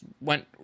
went